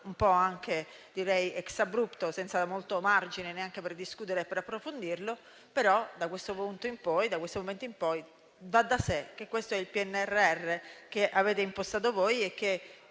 un po' *ex abrupto*, senza molto margine per discuterne e per approfondirlo. Tuttavia, da questo momento in poi, va da sé che questo è il PNRR che avete impostato voi e che